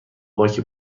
باک